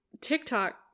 TikTok